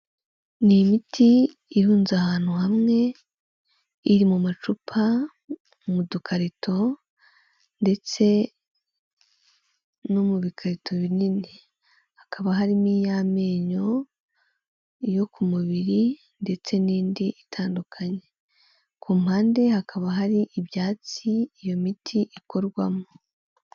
Ni imiti irunze ahantu hamwe iri mu macupa ,mu dukarito ndetse no mu bikarito binini .Hakaba harimo iy'amenyo ,iyo ku mubiri ndetse n'indi itandukanye ku mpande hakaba hari ibyatsi iyo miti ikorwamo.